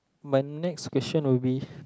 my next question will be